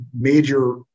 major